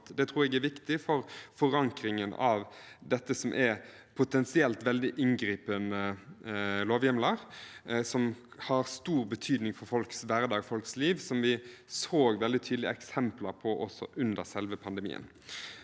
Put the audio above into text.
Det tror jeg er viktig for forankringen av det som er potensielt veldig inngripende lovhjemler som har stor betydning for folks hverdag og folks liv, som vi så veldig tydelige eksempler på også under selve pandemien.